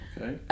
okay